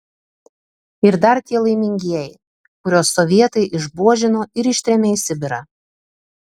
ir dar tie laimingieji kuriuos sovietai išbuožino ir ištrėmė į sibirą